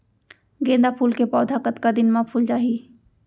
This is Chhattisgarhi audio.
गेंदा फूल के पौधा कतका दिन मा फुल जाही?